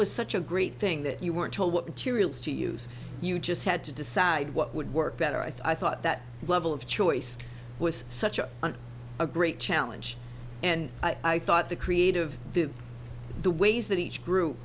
was such a great thing that you weren't told what materials to use you just had to decide what would work better i thought that level of choice was such a an a great challenge and i thought the creative ways that each group